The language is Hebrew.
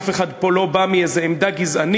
אף אחד פה לא בא מאיזו עמדה גזענית,